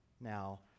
now